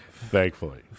Thankfully